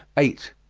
eight.